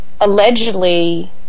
allegedly